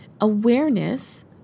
Awareness